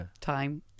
time